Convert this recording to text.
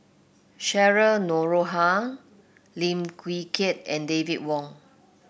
Cheryl Noronha Lim Wee Kiak and David Wong